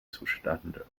zustande